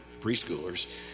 preschoolers